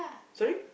sorry